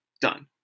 done